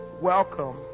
welcome